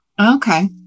Okay